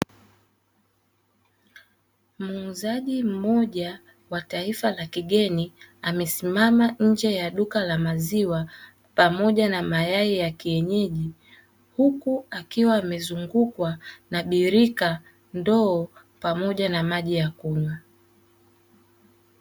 Muuzaji mmoja wa taifa la kigeni, amesimama nje ya duka la maziwa pamoja na mayai ya kienyeji, huku akiwa amezungukwa na birika, ndoo pamoja na maji ya kunywa.